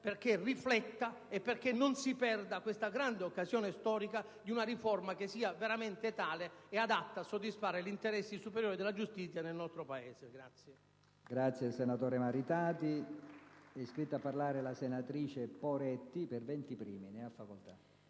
affinché rifletta e perché non si perda questa grande occasione storica di una riforma che sia veramente tale ed adatta a soddisfare gli interessi superiori della giustizia nel nostro Paese.